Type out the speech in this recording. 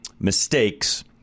mistakes